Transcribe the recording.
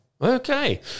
Okay